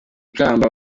kamba